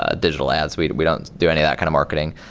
ah digital ads. we we don't do any of that kind of marketing.